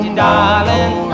darling